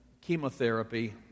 chemotherapy